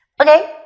Okay